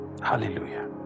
Hallelujah